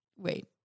wait